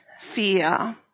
fear